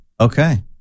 Okay